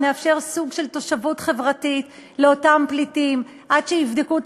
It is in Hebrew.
נאפשר סוג של תושבות חברתית לאותם פליטים עד שיבדקו את